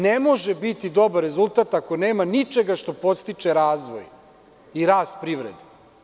Ne može biti dobar rezultat ako nema ničega što podstiče razvoj i rast privrede.